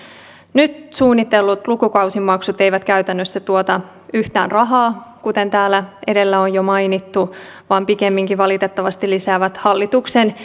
nyt suunnitellut lukukausimaksut eivät käytännössä tuota yhtään rahaa kuten täällä edellä on jo mainittu vaan pikemminkin valitettavasti lisäävät hallituksen